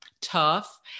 tough